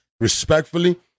respectfully